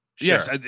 Yes